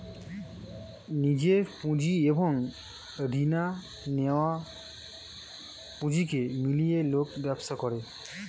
নিজের পুঁজি এবং রিনা নেয়া পুঁজিকে মিলিয়ে লোক ব্যবসা করে